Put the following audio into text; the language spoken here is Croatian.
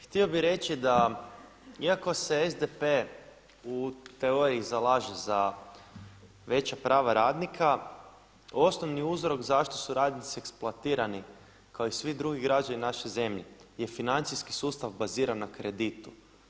htio bih reći da iako se SDP u teoriji zalaže za veća prava radnika osnovni uzrok zašto su radnici eksploatirani kao i svi drugi građani naše zemlje je financijski sustav baziran na kreditu.